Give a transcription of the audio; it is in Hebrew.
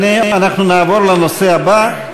נעבור לנושא הבא,